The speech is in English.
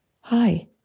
hi